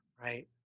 Right